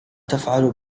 تفعل